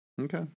Okay